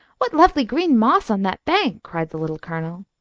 what lovely green moss on that bank! cried the little colonel.